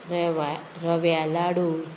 रेवा रव्या लाडू